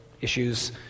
issues